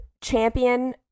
champion